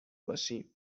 باشیم